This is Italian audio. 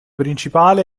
principale